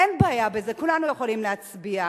אין בעיה בזה, כולנו יכולים להצביע.